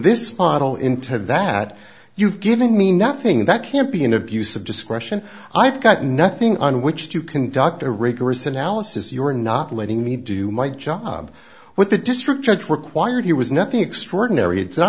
this model into that you've given me nothing that can't be an abuse of discretion i've got nothing on which to conduct a rigorous analysis you are not letting me do my job what the district judge required here was nothing extraordinary it's